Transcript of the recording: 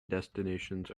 destinations